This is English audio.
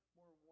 more